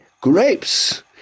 grapes